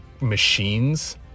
machines